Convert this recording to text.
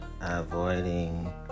avoiding